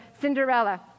Cinderella